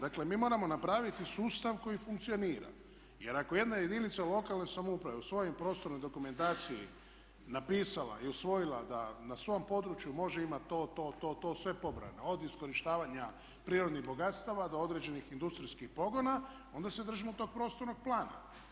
Dakle, mi moramo napraviti sustav koji funkcionira, jer ako jedna jedinica lokalne samouprave u svojoj prostornoj dokumentaciji napisala i usvojila da na svom području može imati to, to, to, sve pobrojano od iskorištavanja prirodnih bogatstava do određenih industrijskih pogona, onda se držimo tog prostornog plana.